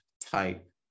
type